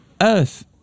earth